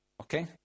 okay